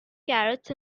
carrots